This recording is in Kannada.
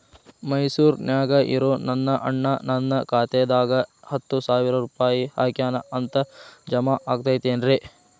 ಮೈಸೂರ್ ನ್ಯಾಗ್ ಇರೋ ನನ್ನ ಅಣ್ಣ ನನ್ನ ಖಾತೆದಾಗ್ ಹತ್ತು ಸಾವಿರ ರೂಪಾಯಿ ಹಾಕ್ಯಾನ್ ಅಂತ, ಜಮಾ ಆಗೈತೇನ್ರೇ?